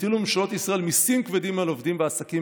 הטילו ממשלות ישראל מיסים כבדים על עובדים ועסקים,